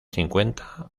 cincuenta